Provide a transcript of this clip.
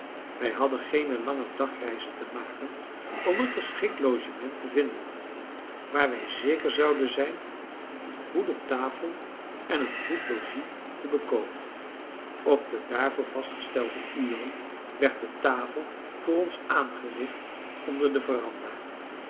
wij hadden geen lange dagreizen te maken om een geschikt logement te vinden waar wij zeker zouden zijn een goede tafel en een goed logies te bekomen op de daarvoor vastgestelde uren werd de tafel voor ons aangericht onder de verandah